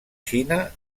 xina